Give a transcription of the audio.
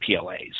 PLAs